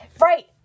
right